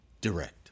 direct